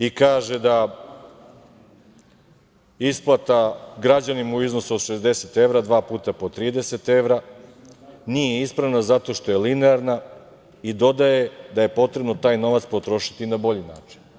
On kaže da isplata građanima u iznosu od 60 evra, dva puta po 30 evra, nije ispravna zato što je linearna i dodaje da je potrebno taj novac potrošiti na bolji način.